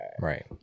right